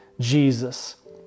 Jesus